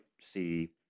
see